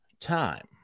time